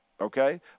Okay